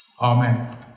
Amen